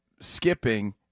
skipping